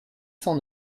cent